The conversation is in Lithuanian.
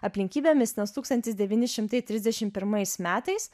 aplinkybėmis nes tūkstantis devyni šimtai trisdešim pirmais metais